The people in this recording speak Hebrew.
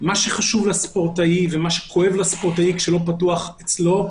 מה שחשוב לספורטאי ומה שכואב לספורטאי כשלא פתוח אצלו,